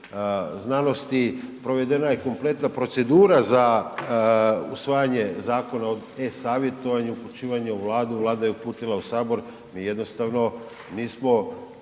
znanosti, provedena je kompletna procedura za usvajanje zakona u e-savjetovanju, upućivanje u Vladu, Vlada je uputila u Sabor, mi jednostavno nismo